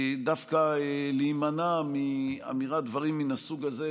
דווקא להימנע מאמירת דברים מן הסוג הזה,